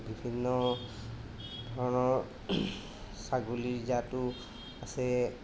বিভিন্ন ধৰণৰ ছাগলীৰ জাতো আছে